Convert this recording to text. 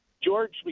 George